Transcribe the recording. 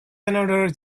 another